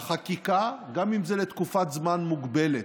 בחקיקה, גם אם זה לתקופת זמן מוגבלת.